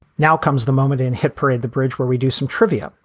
now comes the moment in hit parade, the bridge where we do some trivia.